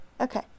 Okay